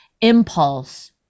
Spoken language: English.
impulse